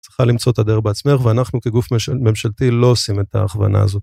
צריכה למצוא את הדרך בעצמך, ואנחנו כגוף ממשלתי לא עושים את ההכוונה הזאת.